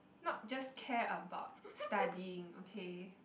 not just care about studying okay